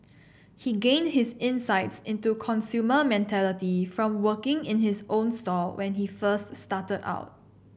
he gained his insights into consumer mentality from working in his own store when he first started out